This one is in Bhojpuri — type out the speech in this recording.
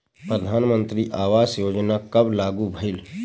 प्रधानमंत्री आवास योजना कब लागू भइल?